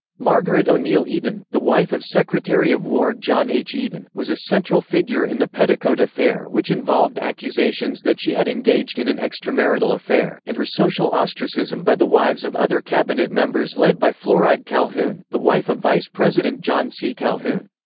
margaret o'neill eaton, the wife of secretary of war john h. eaton, was a central figure in the petticoat affair which involved accusations that she had engaged in an extramarital affair, and her social ostracism by the wives of other cabinet members led by floride calhoun, the wife of vice president john c. calhoun.